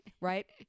right